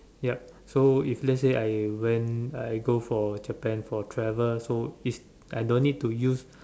yup so if let's say I went I go for Japan for travel if so I don't need to use